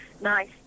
nice